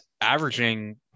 averaging